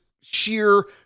sheer